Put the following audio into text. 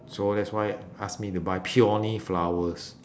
so that's why ask me to buy peony flowers